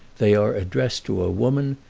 they are addressed to a woman,